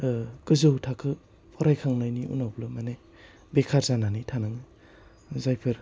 ओह गोजौ थाखो फरायखांनायनि उनावबो माने बेखार जानानै थानाङो जायफोर